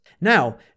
Now